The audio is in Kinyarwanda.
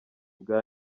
bwa